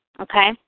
okay